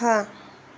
हाँ